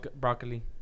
broccoli